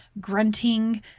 grunting